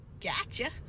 Gotcha